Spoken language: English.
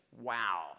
Wow